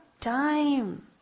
time